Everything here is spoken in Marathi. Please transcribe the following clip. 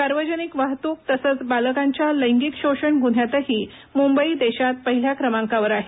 सार्वजनिक वाहतूक तसंच बालकांच्या लैंगिक शोषण गुन्ह्यातही मुंबई देशात पहिल्या क्रमांकावर आहे